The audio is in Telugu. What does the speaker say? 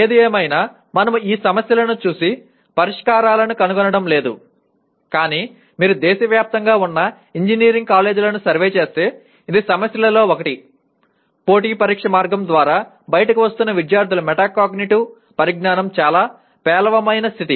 ఏది ఏమైనా మనము ఆ సమస్యలను చూసి పరిష్కారాలను కనుగొనడం లేదు కానీ మీరు దేశవ్యాప్తంగా ఉన్న ఇంజనీరింగ్ కాలేజీలను సర్వే చేస్తే ఇది సమస్యలలో ఒకటి పోటీ పరీక్ష మార్గం ద్వారా బయటకు వస్తున్న విద్యార్థుల మెటాకాగ్నిటివ్ పరిజ్ఞానం చాలా పేలవమైన స్థితి